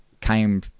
came